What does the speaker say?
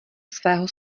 svého